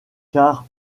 car